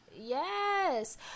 yes